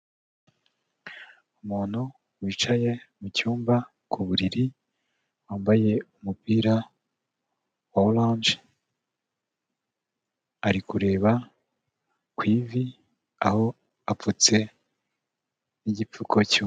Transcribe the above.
Umuntu wicaye mu cyumba ku buriri wambaye umupira wa oranje, ari kureba ku ivi aho apfutse n'igipfuko.